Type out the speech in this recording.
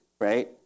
Right